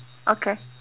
okay